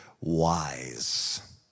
wise